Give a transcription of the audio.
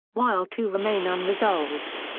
while two remain unresolved.